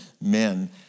men